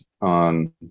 on